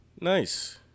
Nice